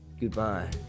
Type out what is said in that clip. Goodbye